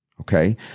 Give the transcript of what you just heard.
okay